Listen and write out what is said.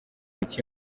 muke